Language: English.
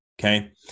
Okay